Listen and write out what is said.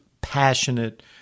passionate